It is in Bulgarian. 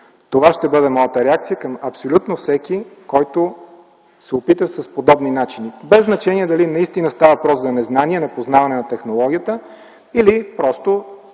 Това ще бъде моята реакция към абсолютно всеки, който се опита с подобни начини, без значение дали наистина става въпрос за незнание, непознаване на технологията, или просто